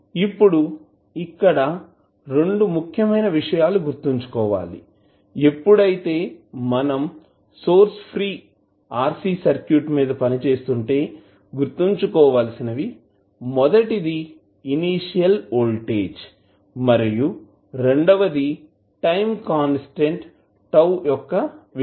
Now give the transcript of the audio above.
ఇప్పుడు ఇక్కడ రెండు ముఖ్యమైన విషయాలు గుర్తుంచుకోవాలిఎప్పుడైతే మనం సోర్స్ ఫ్రీ RC సర్క్యూట్ మీద పనిచేస్తుంటే గుర్తుంచుకోవాల్సినవి మొదటిది ఇనీషియల్ వోల్టేజ్ మరియు రెండవది టైం కాన్స్టాంట్ τ యొక్క విలువ